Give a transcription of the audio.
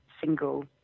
single